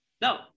No